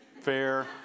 fair